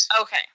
Okay